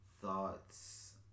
thoughts